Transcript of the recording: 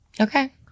Okay